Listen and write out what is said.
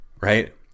right